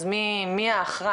אז מי האחראי,